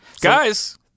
guys